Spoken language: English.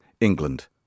England